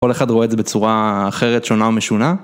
כל אחד רואה את זה בצורה אחרת, שונה ומשונה.